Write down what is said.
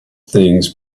things